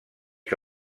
que